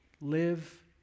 live